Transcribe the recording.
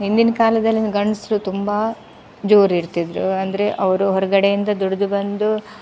ಹಿಂದಿನ ಕಾಲದಲ್ಲಿನ ಗಂಡಸ್ರು ತುಂಬ ಜೋರು ಇರ್ತಿದ್ರು ಅಂದರೆ ಅವರು ಹೊರಗಡೆಯಿಂದ ದುಡ್ದು ಬಂದು